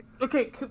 Okay